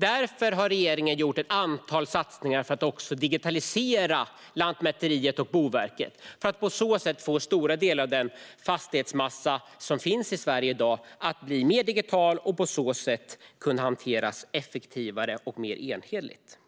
Därför har regeringen gjort ett antal satsningar för att digitalisera Lantmäteriet och Boverket så att stora delar av den fastighetsmassa som finns i Sverige i dag ska bli mer digital och på så sätt kunna hanteras mer effektivt och enhetligt.